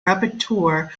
rapporteur